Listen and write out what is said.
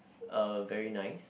uh very nice